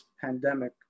pandemic